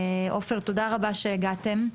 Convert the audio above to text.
עופר, תודה רבה שהגעתם.